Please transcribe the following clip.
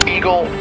Eagle